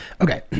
Okay